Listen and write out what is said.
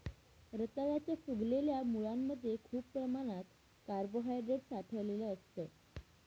रताळ्याच्या फुगलेल्या मुळांमध्ये खूप प्रमाणात कार्बोहायड्रेट साठलेलं असतं